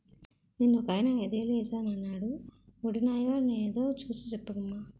నిన్నొకాయన ఐదేలు ఏశానన్నాడు వొడినాయో నేదో సూసి సెప్పవమ్మా